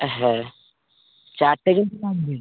হ্যাঁ চারটে কিন্তু লাগবে